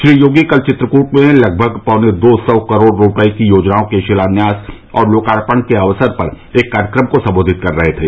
श्री योगी कल चित्रकूट में लगभग पौने दो सौ करोड़ रूपये की योजनाओं के शिलान्यास और लोकार्पण के अवसर पर एक कार्यक्रम को संबोधित कर रहे थे